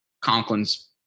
Conklin's